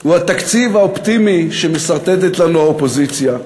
הוא התקציב האופטימי שמסרטטת לנו האופוזיציה,